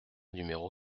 numéro